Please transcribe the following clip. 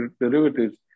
derivatives